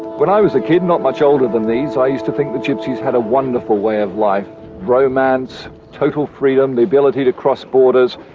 when i was a kid, not much older than these, i used to think the gypsies had a wonderful way of life romance, total freedom, the ability to cross borders.